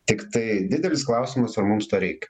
tiktai didelis klausimas ar mums to reikia